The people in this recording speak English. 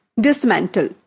Dismantle